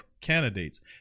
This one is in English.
candidates